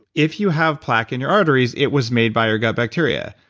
if you have plaque in your arteries, it was made by your gut bacteria.